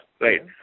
right